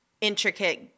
intricate